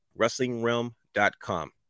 WrestlingRealm.com